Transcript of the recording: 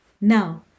Now